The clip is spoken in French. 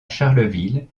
charleville